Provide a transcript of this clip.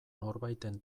norbaiten